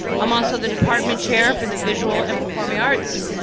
i'm also the department chair for the visual and performing arts.